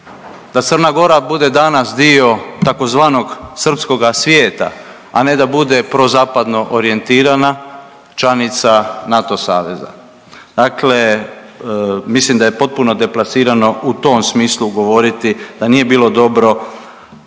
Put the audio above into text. da Crna Gora bude danas dio tzv. srpskoga svijeta, a ne da bude prozapadno orijentirana članica NATO saveza. Dakle, mislim da je potpuno deplasirano u tom smislu govoriti da nije bilo dobro